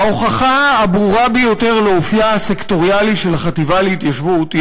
ההוכחה הברורה ביותר לאופייה הסקטוריאלי של החטיבה להתיישבות היא